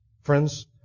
Friends